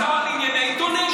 אתה שר לענייני עיתונים,